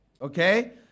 Okay